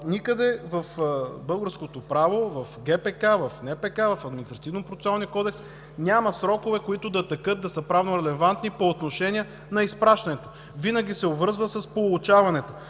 Никъде в българското право – в ГПК, в НПК, в Административнопроцесуалния кодекс няма срокове, които да текат, да са правно релевантни по отношение на изпращането, винаги се обвързва с получаването.